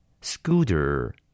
scooter